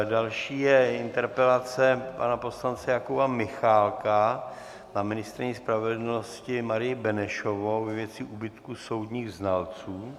Další je interpelace pana poslance Jakuba Michálka na ministryni spravedlnosti Marii Benešovou ve věci úbytku soudních znalců.